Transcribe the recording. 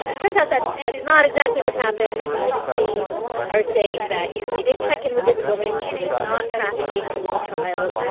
but turns out that's that's not exactly what happened. the phoenix police are saying that, you know, they did check in with this woman. she was not trafficking a little child.